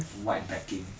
white backing